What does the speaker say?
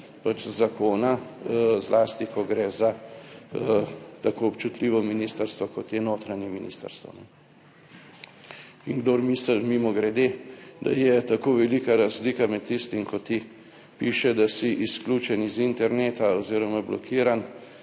zakona, zlasti ko gre za tako občutljivo ministrstvo, kot je notranje ministrstvo. In kdor misli, mimogrede, da je tako velika razlika med tistim, ko ti piše, da si izključen iz interneta oziroma blokiran,